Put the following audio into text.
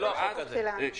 זה לא החוק הזה.